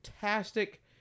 Fantastic